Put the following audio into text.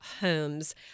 homes